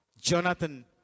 Jonathan